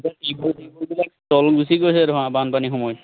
তল গুচি গৈছে ধৰা বানপানী সময়ত